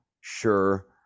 sure